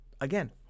again